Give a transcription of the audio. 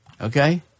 okay